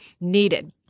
needed